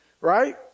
right